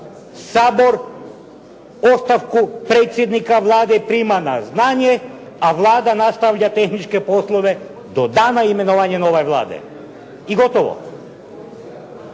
Sabor ostavku predsjednika Vlade prima na znanje, a Vlada nastavlja tehničke poslove do dana imenovanja nove Vlade. I gotovo.